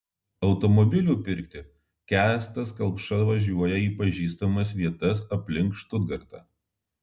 automobilių pirkti kęstas kelpša važiuoja į pažįstamas vietas aplink štutgartą